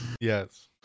Yes